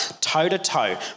toe-to-toe